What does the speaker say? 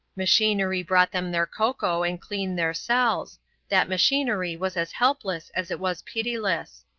machinery brought them their cocoa and cleaned their cells that machinery was as helpless as it was pitiless.